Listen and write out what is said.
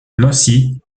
nancy